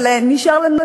אבל נשארה לנו